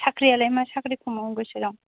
साख्रि आलाय मा साख्रिखौ मावनो गोसो दं